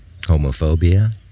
Homophobia